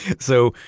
so,